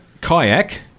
Kayak